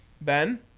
Ben